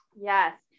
Yes